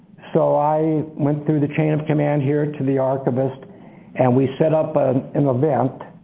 so i went through the chain of command here to the archivist and we set up an event